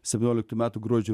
septynioliktų metų gruodžio